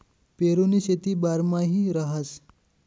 पेरुनी शेती बारमाही रहास